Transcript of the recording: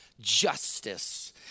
justice